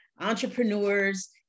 entrepreneurs